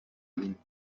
ihn